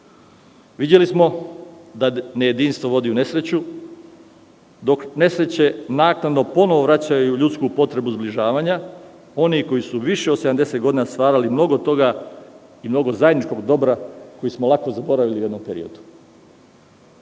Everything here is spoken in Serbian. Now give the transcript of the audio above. Videli smo da nejedinstvo vodi u nesreću, dok nesreće naknadno ponovo vraćaju ljudsku potrebu zbližavanja. Oni koji su više od 70 godina stvarali mnogo toga i mnogo zajedničkog dobra lako smo zaboravili u jednom periodu. Srbi